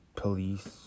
Police